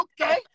okay